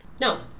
No